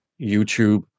YouTube